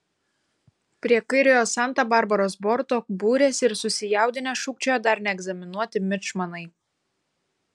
prie kairiojo santa barbaros borto būrėsi ir susijaudinę šūkčiojo dar neegzaminuoti mičmanai